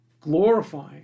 glorifying